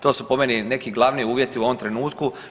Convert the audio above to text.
To su po meni neki glavni uvjeti u ovom trenutku.